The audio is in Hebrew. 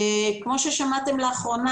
כמו שגם שמעתם לאחרונה,